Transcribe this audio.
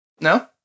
No